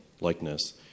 likeness